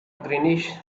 greenish